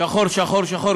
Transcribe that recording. שחור-שחור-שחור,